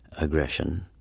aggression